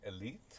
elite